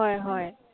হয় হয়